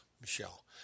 michelle